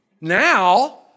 Now